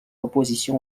opposition